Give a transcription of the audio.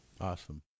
Awesome